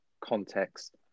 context